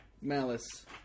Malice